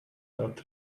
dat